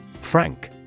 Frank